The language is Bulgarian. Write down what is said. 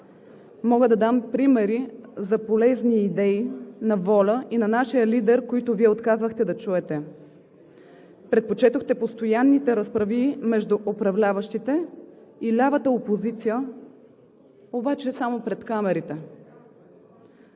Мога да дам примери за полезни идеи на ВОЛЯ и на нашия лидер, които Вие отказвахте да чуете. Предпочетохте постоянните разправии между управляващите и лявата опозиция, обаче само пред камерите.